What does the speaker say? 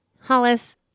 Hollis